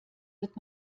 wird